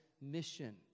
mission